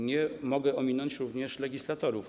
Nie mogę ominąć również legislatorów.